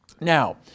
Now